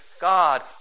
God